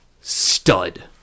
stud